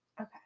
okay